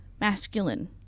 masculine